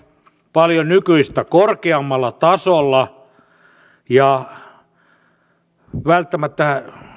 paljon nykyistä korkeammalla tasolla ja välttämättä